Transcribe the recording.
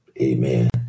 amen